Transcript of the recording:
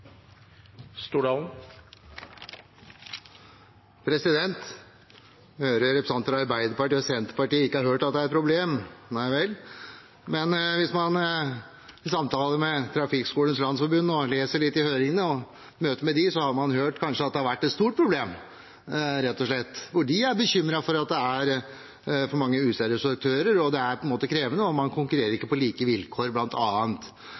et problem. Nei vel, men hvis man har samtalt med Autoriserte Trafikkskolers Landsforbund og lest litt fra høringene og fra møtet med dem, har man kanskje hørt at det rett og slett har vært et stort problem, for de er bekymret for at det er for mange useriøse aktører. Det er krevende, og man konkurrerer bl.a. ikke på like vilkår. Og når trafikkskolene selv etterlyser det, mener jeg det kanskje er grunn til å lytte litt. Så skal man